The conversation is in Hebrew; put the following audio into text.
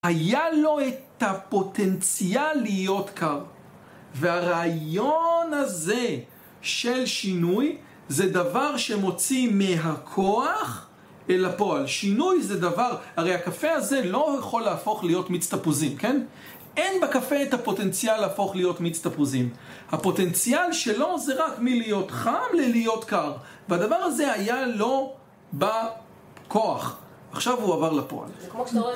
היה לו את הפוטנציאל להיות קר והרעיון הזה של שינוי זה דבר שמוציא מהכוח אל הפועל שינוי זה דבר... הרי הקפה הזה לא יכול להפוך להיות מיץ תפוזים, כן? אין בקפה את הפוטנציאל להפוך להיות מצטפוזים הפוטנציאל שלו זה רק מלהיות חם ללהיות קר והדבר הזה היה לו בכוח עכשיו הוא עבר לפועל